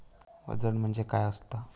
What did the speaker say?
वजन म्हणजे काय असता?